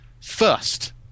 first